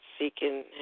seeking